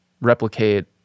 replicate